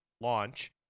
launch